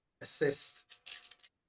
assist